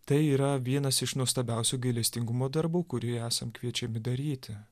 tai yra vienas iš nuostabiausių gailestingumo darbų kurį esam kviečiami daryti